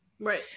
Right